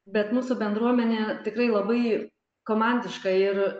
bet mūsų bendruomenė tikrai labai komandiška ir